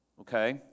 okay